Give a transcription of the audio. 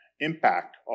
impact